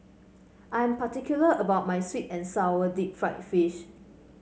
I am particular about my sweet and sour Deep Fried Fish